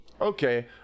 okay